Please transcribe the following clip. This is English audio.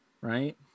Right